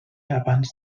abans